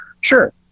Sure